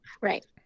Right